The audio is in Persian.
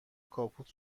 کاپوت